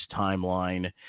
timeline